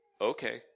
okay